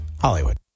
Hollywood